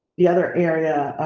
the other area,